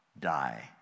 die